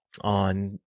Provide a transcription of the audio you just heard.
on